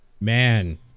Man